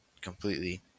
completely